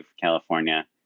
California